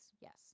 yes